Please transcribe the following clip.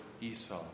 Esau